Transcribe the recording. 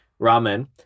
ramen